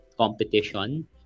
Competition